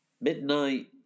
Midnight